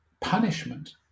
punishment